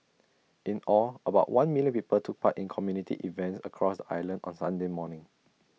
in all about one million people took part in community events across the island on Sunday morning